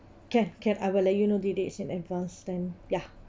can can I will let you know the dates in advance then ya